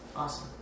awesome